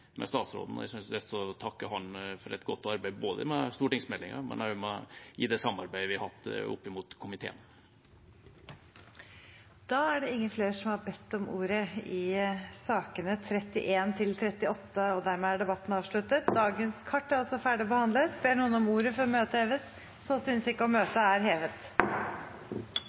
statsråden. Jeg har lyst til å takke ham for et godt arbeid med stortingsmeldinga – og også for det samarbeidet vi har hatt opp imot komiteen. Flere har ikke bedt om ordet til sakene nr. 31–38. Dermed er dagens kart ferdigbehandlet. Ber noen om ordet før møtet heves? – Møtet er hevet.